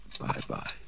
Bye-bye